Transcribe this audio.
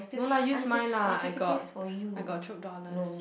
no lah use mine lah I got I got Chope dollars